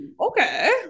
Okay